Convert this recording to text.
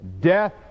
Death